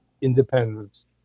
independence